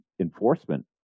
enforcement